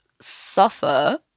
suffer